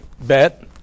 bet